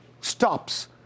stops